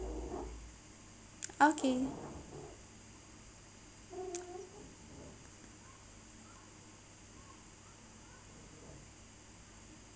okay